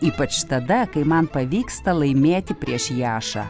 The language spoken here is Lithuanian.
ypač tada kai man pavyksta laimėti prieš jašą